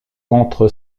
contre